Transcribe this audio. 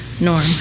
norm